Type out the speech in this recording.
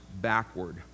backward